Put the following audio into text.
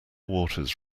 waters